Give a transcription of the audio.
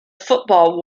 football